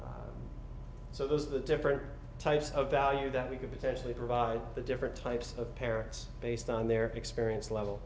those are the different types of value that we could potentially provide the different types of parents based on their experience level